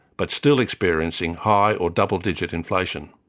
but still experiencing high or double-digit inflation.